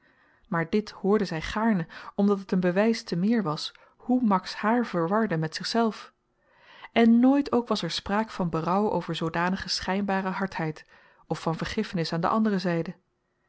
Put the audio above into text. maar dit hoorde zy gaarne omdat het een bewys te meer was hoe max haar verwarde met zichzelf en nooit ook was er spraak van berouw over zoodanige schynbare hardheid of van vergiffenis aan de andere zyde